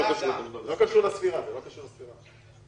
לבחור לעבור לסיעה של כחול לבן בלי שתהיה עליו הסנקציה של חבר פורש.